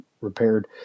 repaired